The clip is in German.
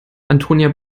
antonia